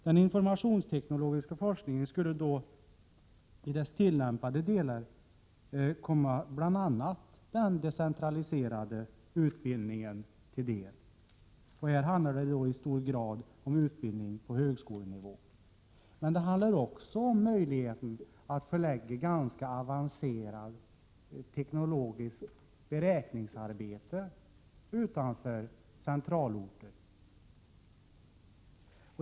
Den informationsteknologiska forskningen skulle då i tillämpade delar komma bl.a. den decentraliserade utbildningen till del. Det handlar i hög grad om utbildning på högskolenivå, men det handlar också om möjligheten att förlägga ganska avancerat teknologiskt beräkningsarbete utanför centralorter.